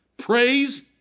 Praise